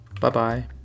bye-bye